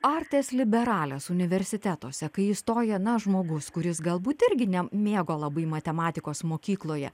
artes liberales universitetuose kai įstoja na žmogus kuris galbūt irgi nemėgo labai matematikos mokykloje